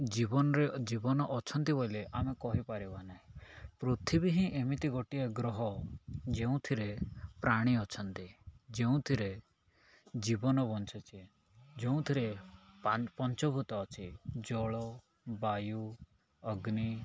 ଜୀବନରେ ଜୀବନ ଅଛନ୍ତି ବୋଲେ ଆମେ କହିପାରିବା ନାହିଁ ପୃଥିବୀ ହିଁ ଏମିତି ଗୋଟିଏ ଗ୍ରହ ଯେଉଁଥିରେ ପ୍ରାଣୀ ଅଛନ୍ତି ଯେଉଁଥିରେ ଜୀବନ ବଞ୍ଚୁଛ ଯେଉଁଥିରେ ପଞ୍ଚଭୂତ ଅଛି ଜଳ ବାୟୁ ଅଗ୍ନି